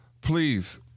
please